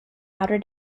outer